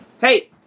Hey